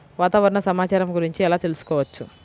వాతావరణ సమాచారము గురించి ఎలా తెలుకుసుకోవచ్చు?